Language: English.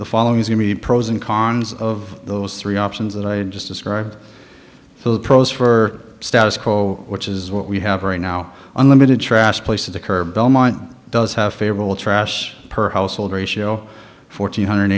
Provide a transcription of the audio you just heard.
the following is going to be pros and cons of those three options that i just described for the pros for status quo which is what we have right now unlimited trash place at the curb belmont does have favorable trash per household ratio for two hundred